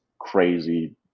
Crazy